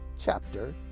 chapter